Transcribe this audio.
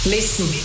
Listen